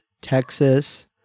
Texas